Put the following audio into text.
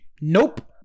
Nope